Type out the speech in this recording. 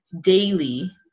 daily